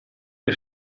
che